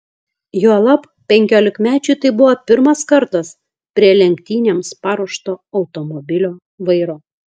juolab penkiolikmečiui tai buvo pirmas kartas prie lenktynėms paruošto automobilio vairo